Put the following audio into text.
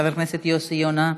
חבר הכנסת יוסי יונה,